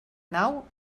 nau